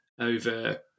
over